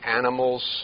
animals